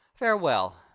Farewell